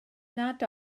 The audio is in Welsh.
nad